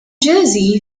jersey